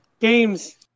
games